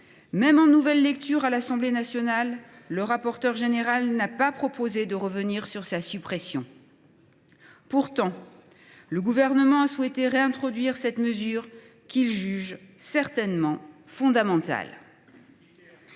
Même en nouvelle lecture à l’Assemblée nationale, le rapporteur général n’a pas proposé de revenir sur sa suppression. Pourtant, le Gouvernement a souhaité réintroduire cette mesure, qu’il juge certainement fondamentale…